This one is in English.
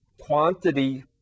quantity